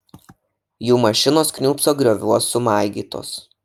jų mašinos kniūbso grioviuos sumaigytos